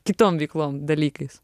kitom veiklom dalykais